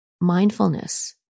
mindfulness